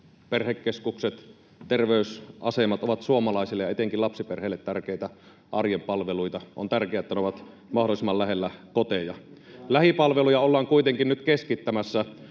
perhekeskukset ja terveysasemat ovat suomalaisille ja etenkin lapsiperheille tärkeitä arjen palveluita. On tärkeää, että ne ovat mahdollisimman lähellä koteja. Lähipalveluja ollaan kuitenkin nyt keskittämässä